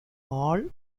all